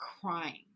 crying